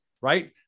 Right